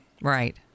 right